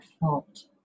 fault